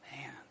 Man